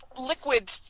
liquid